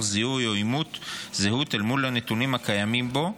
זיהוי או אימות זהות אל מול הנתונים הקיימים בו,